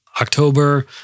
October